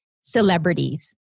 celebrities